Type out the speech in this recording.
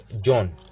john